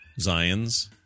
Zions